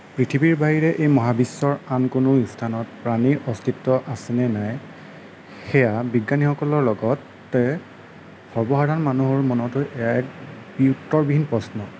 পৃথিৱীৰ বাহিৰে এই মহাবিশ্বৰ আন কোনো স্থানত প্ৰাণীৰ অস্তিত্ব আছেনে নাই সেয়া বিজ্ঞানীসকলৰ লগতে সৰ্বসাধাৰণ মানুহৰ মনতো এক উত্তৰবিহীন প্ৰশ্ন